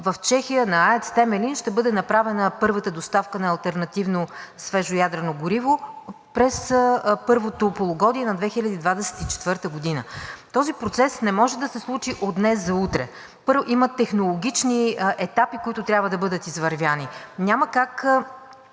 В Чехия на АЕЦ „Темелин“ ще бъде направена първата доставка на алтернативно свежо ядрено гориво през първото полугодие на 2024 г. Този процес не може да се случи от днес за утре. Първо, има технологични етапи, които трябва да бъдат извървени. Няма как